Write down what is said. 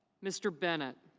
mr. bennett.